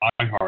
iHeart